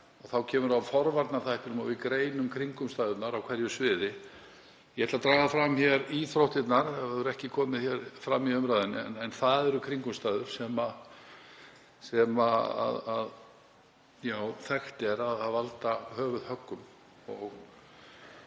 Þá kemur að forvarnaþættinum og að við greinum kringumstæðurnar á hverju sviði. Ég ætla að draga fram íþróttirnar. Það hefur ekki komið fram hér í umræðunni en það eru kringumstæður sem þekkt er að valda höfuðhöggum.